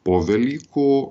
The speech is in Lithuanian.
po velykų